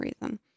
reason